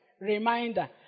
reminder